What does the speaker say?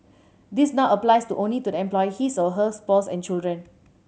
this now applies to only to the employee his or her spouse and children